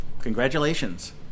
Congratulations